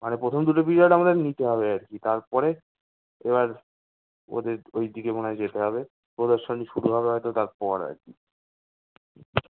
আরে প্রথম দুটো পিরিয়ড আমাদের নিতে হবে আর কি তারপরে এবার ওদের ওই দিকে মনে হয় যেতে হবে ওদের সঙ্গে শুরু হবে হয়তো তারপর আর কি